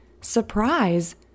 surprise